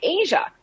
Asia